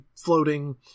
floating